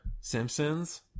Simpsons